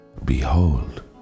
Behold